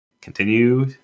Continue